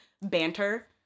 banter